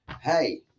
hey